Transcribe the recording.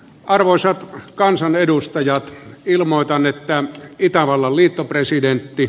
arvoisat kansanedustajat ilmoitan että olen väärässä